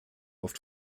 oft